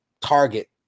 target